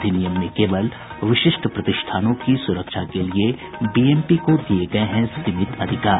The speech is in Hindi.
अधिनियम में केवल विशिष्ट प्रतिष्ठानों की सुरक्षा के लिये बीएमपी को दिये गये हैं सीमित अधिकार